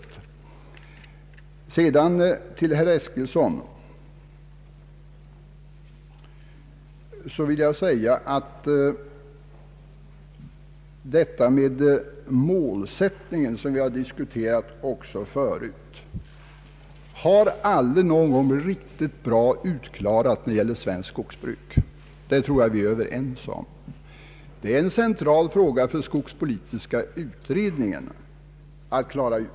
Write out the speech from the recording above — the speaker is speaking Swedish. Jag vill säga till herr Eskilsson att målsättningen när det gäller svenskt skogsbruk, som vi diskuterat även tidigare, aldrig någonsin har blivit riktigt väl utredd. Jag tror att vi är överens därom. Det är en central fråga som skogspolitiska utredningen bör få klara ut.